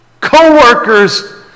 co-workers